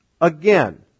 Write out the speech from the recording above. Again